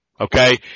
okay